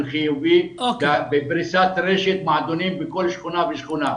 חיובי בפריסת רשת מועדונים בכל שכונה ושכונה.